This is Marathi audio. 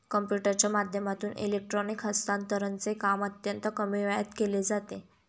कम्प्युटरच्या माध्यमातून इलेक्ट्रॉनिक हस्तांतरणचे काम अत्यंत कमी वेळात केले जाते